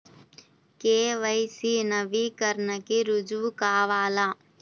KYC నవీకరణకి రుజువు కావాలా?